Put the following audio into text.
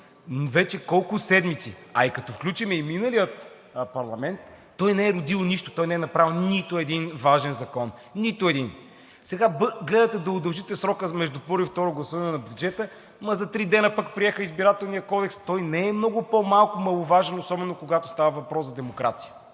вече колко седмици, а и като включим и миналия парламент, че той не е родил нищо, че той не е направил нито един важен закон. Нито един! Сега гледате да удължите срока между първо и второ гласуване на бюджета, ама за три дена пък приеха Избирателния кодекс. Той не е много по-малко маловажен, особено когато става въпрос за демокрация,